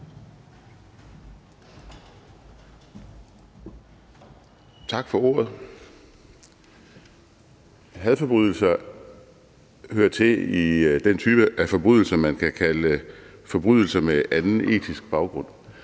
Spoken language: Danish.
Tak for ordet. Hadforbrydelser hører til den type af forbrydelser, man kan kalde forbrydelser med anden etisk baggrund,